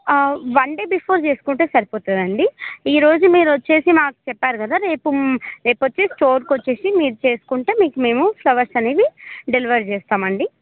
ఆ one day before చేసుకుంటే సరిపోతుందండి ఈరోజు మీరు వచ్చి మాకు చెప్పారు కదా రేపు రేపొచ్చే స్టార్కి వచ్చి మీరు చేసుకుంటే మీకు మేము ఫ్లవర్స్ అనేవి డెలివర్ చేస్తామండి